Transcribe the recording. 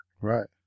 right